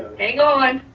hang on.